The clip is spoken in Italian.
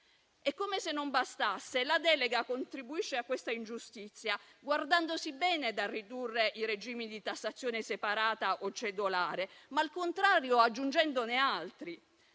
Come se non bastasse, la delega contribuisce a questa ingiustizia, guardandosi bene dal ridurre i regimi di tassazione separata o cedolare, ma, al contrario, aggiungendone altri.